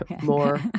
more